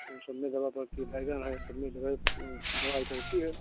उस सब मे दवा पड़ती है बैंगन है सब में दवा पड़ती है